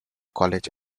college